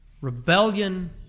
Rebellion